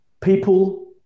People